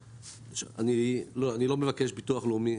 אני לא מקבל ביטוח לאומי,